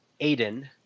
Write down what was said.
Aiden